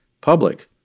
public